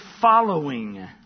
following